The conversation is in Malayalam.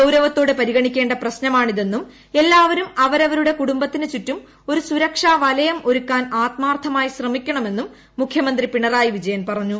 ഗൌരവത്തോടെ പരിഗണിക്കേണ്ട പ്രശ് നമാണിതെന്നും എല്ലാവരും അവരവരുടെ കുടുംബത്തിനു ചുറ്റും ഒരു സുരക്ഷാവലയം ഒരുക്കാൻ ആത്മാർത്ഥമായി ശ്രമിക്കണമെന്നും മുഖ്യമന്ത്രി പിണറായി വിജയൻ പറഞ്ഞു